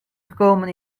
gekomen